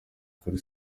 kuri